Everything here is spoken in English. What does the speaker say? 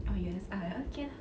oh yes ah okay ah